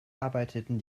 arbeiteten